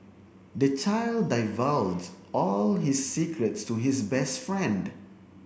the child divulged all his secrets to his best friend